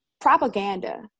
Propaganda